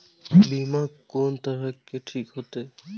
बीमा कोन तरह के ठीक होते?